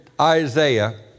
Isaiah